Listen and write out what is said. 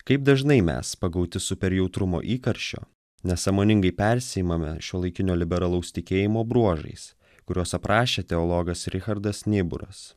kaip dažnai mes pagauti super jautrumo įkarščio nesąmoningai persiimame šiuolaikinio liberalaus tikėjimo bruožais kuriuos aprašė teologas richardas niburas